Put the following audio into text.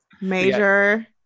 major